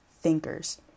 thinkers